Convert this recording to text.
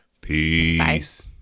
Peace